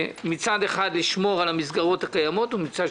מצד אחד לשמור על המסגרות הקיימות ומצד